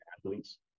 athletes